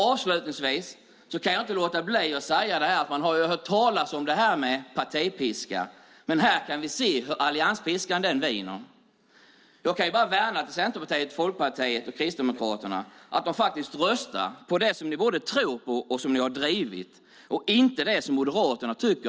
Avslutningsvis kan jag inte låta bli att säga: Man har hört talas om partipiskan, men här kan vi se hur allianspiskan viner. Jag kan bara vädja till Centerpartiet, Folkpartiet och Kristdemokraterna att rösta på det de tror på och har drivit och inte som Moderaterna tycker.